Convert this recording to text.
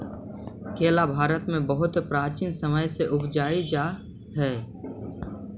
केला भारत में बहुत प्राचीन समय से उपजाईल जा हई